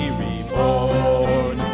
reborn